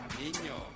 niño